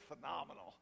phenomenal